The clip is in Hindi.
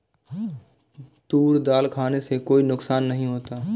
तूर दाल खाने से कोई नुकसान नहीं होता